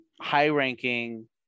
high-ranking